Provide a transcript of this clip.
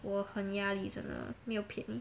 我和你压力真的没有便宜